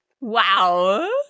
Wow